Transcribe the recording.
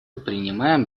принимаем